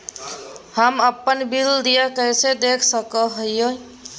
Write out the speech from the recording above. हम अपन बिल देय कैसे देख सको हियै?